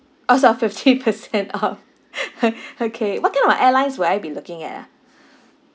orh so fifty percent off okay what kind of airlines will I be looking at ah